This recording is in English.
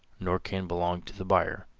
nor can belong to the buyer.